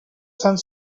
sant